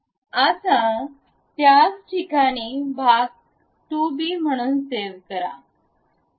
आता त्याच ठिकाणी भाग 2 b म्हणून सेव करा